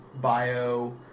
bio